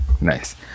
Nice